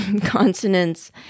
consonants